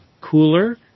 cooler